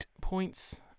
points